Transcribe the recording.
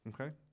Okay